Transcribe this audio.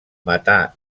matar